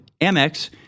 Amex